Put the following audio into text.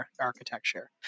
architecture